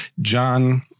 John